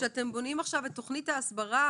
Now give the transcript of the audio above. כשאתם בונים עכשיו את תכנית ההסברה,